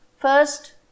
First